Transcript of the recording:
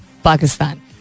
Pakistan